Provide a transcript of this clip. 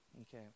Okay